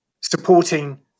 supporting